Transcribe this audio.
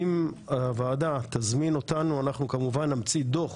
אם הוועדה תזמין אותנו אנחנו כמובן נמציא דוח